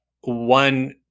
one